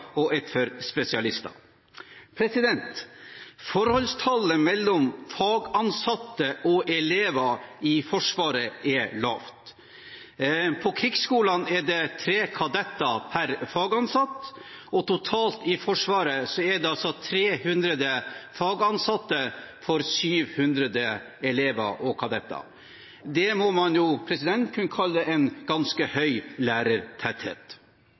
og et for spesialister. Forholdstallet mellom fagansatte og elever i Forsvaret er lavt. På krigsskolene er det tre kadetter per fagansatt, og totalt i Forsvaret er det 300 fagansatte for 700 elever og kadetter. Det må man kunne kalle en ganske høy lærertetthet.